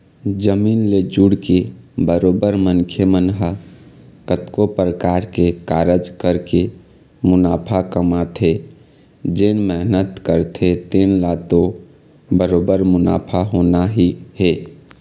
जमीन ले जुड़के बरोबर मनखे मन ह कतको परकार के कारज करके मुनाफा कमाथे जेन मेहनत करथे तेन ल तो बरोबर मुनाफा होना ही हे